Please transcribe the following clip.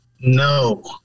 No